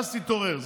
ואז תתעורר.